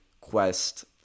quest